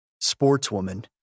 sportswoman